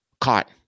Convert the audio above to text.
caught